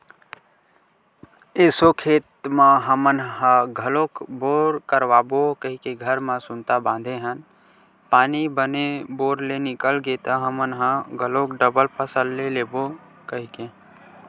एसो खेत म हमन ह घलोक बोर करवाबो कहिके घर म सुनता बांधे हन पानी बने बोर ले निकल गे त हमन ह घलोक डबल फसल ले लेबो कहिके